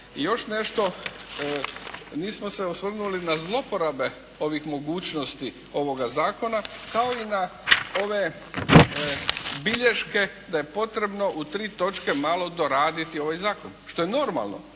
I još nešto. Nismo se osvrnuli na zloporabe ovih mogućnosti ovoga zakona kao i na ove bilješke da je potrebno u tri točke malo doraditi ovaj zakon što je normalno.